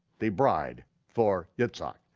the bride for yitzhak,